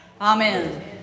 Amen